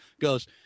goes